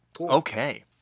Okay